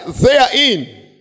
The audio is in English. therein